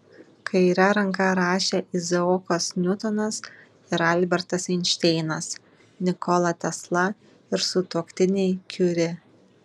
kaire ranka rašė izaokas niutonas ir albertas einšteinas nikola tesla ir sutuoktiniai kiuri